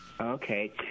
Okay